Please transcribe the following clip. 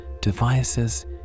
devices